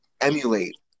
emulate